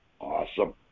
Awesome